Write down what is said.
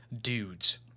dudes